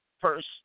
first